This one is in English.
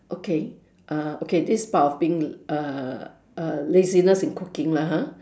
okay uh okay this is part of being err err laziness in cooking lah ha